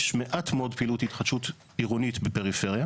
יש מעט מאוד פעילות התחדשות עירונית בפריפריה